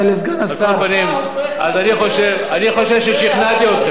אני חושב ששכנעתי אתכם,